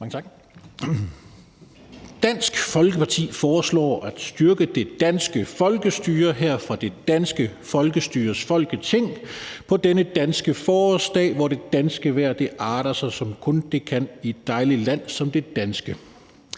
Dansk Folkeparti foreslår at styrke det danske folkestyre her fra det danske folkestyres Folketing på denne danske forårsdag, hvor det danske vejr arter sig, som kun det kan i et dejligt land som det danske.